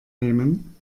nehmen